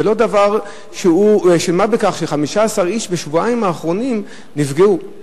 זה לא דבר של מה בכך שבשבועיים האחרונים נפגעו 15 איש.